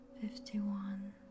fifty-one